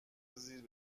زیر